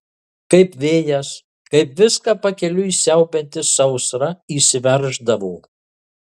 kaip vėjas kaip viską pakeliui siaubianti sausra įsiverždavo